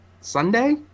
Sunday